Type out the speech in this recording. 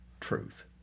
truth